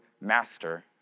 master